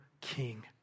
king